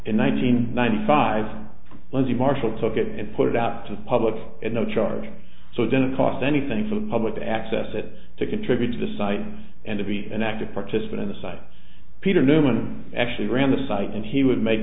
hundred ninety five leslie marshall took it and put it out to the public at no charge so it didn't cost anything for the public to access it to contribute to the site and to be an active participant in the site peter newman actually ran the site and he would make